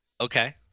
Okay